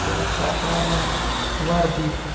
کیٛاہ چھِ اَتھ وَنان وَردی تہِ